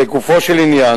לגופו של עניין,